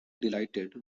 delighted